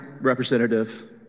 representative